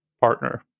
partner